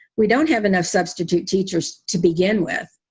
we don't have enough substitute teachers to begin with.